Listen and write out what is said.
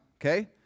okay